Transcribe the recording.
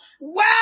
Wow